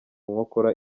nkokora